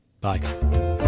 Bye